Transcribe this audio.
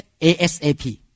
ASAP